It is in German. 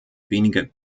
wenige